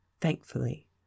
thankfully